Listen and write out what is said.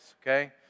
okay